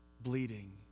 bleeding